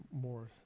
more